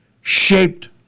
shaped